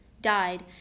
died